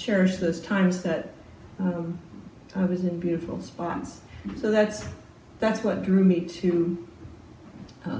cherish those times that i was in beautiful spots so that's that's what drew me to